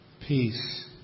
peace